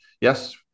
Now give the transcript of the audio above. yes